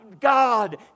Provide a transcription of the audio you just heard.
God